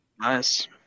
Nice